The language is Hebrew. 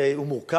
הרי הוא מורכב,